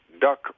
duck